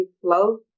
flow